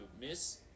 Miss